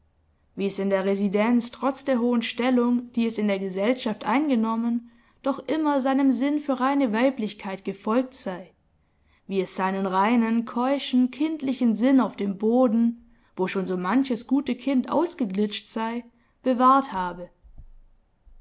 wie es in der residenz trotz der hohen stellung die es in der gesellschaft eingenommen doch immer seinem sinn für reine weiblichkeit gefolgt sei wie es seinen reinen keuschen kindlichen sinn auf dem boden wo schon so manches gute kind ausgeglitscht sei bewahrt habe